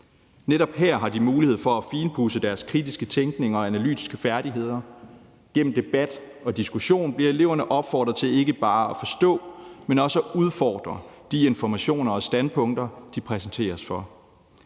Netop her har de mulighed for at finpudse deres kritiske tænkning og analytiske færdigheder. Gennem debat og diskussion bliver eleverne opfordret til ikke bare at forstå, men også at udfordre de informationer og standpunkter, de præsenteres for.